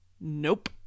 Nope